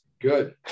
Good